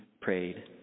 prayed